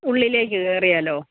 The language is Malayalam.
ഉള്ളിലേക്ക് കയറിയാലോ